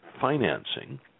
Financing